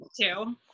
two